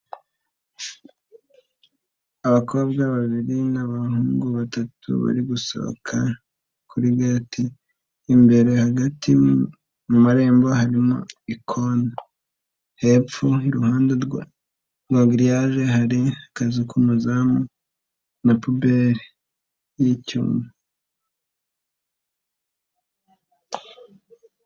Abakobwa babiri n'abahungu batatu bari gusohoka kuri geti, imbere hagati mu marembo harimo ikoni, hepfo iruhande rwa giriyaje, hari akazu k'umuzamu na pubeli y'icyuma.